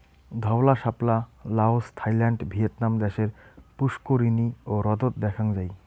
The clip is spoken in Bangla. ধওলা শাপলা লাওস, থাইল্যান্ড, ভিয়েতনাম দ্যাশের পুস্কুরিনী ও হ্রদত দ্যাখাং যাই